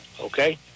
okay